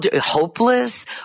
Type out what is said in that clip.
hopeless